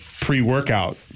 pre-workout